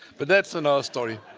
but that's another story.